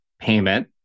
payment